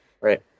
Right